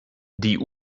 die